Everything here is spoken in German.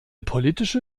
politische